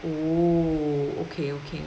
oh okay okay